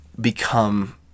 become